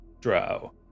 Drow